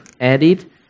added